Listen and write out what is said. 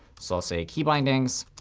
so i'll say keybindings.